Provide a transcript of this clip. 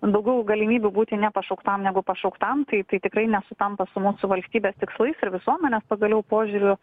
daugiau galimybių būti nepašauktam negu pašauktam tai tai tikrai nesutampa su mūsų valstybės tikslais ir visuomenės pagaliau požiūriu